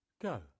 Go